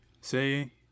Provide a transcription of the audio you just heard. Say